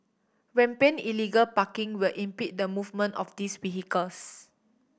rampant illegal parking will impede the movement of these vehicles